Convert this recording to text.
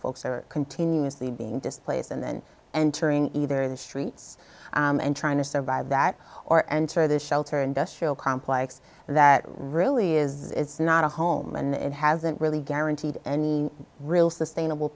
folks are continuously being displaced and then entering either the streets and trying to survive that or enter this shelter industrial complex that really is it's not a home and it hasn't really guaranteed any real sustainable